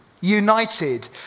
united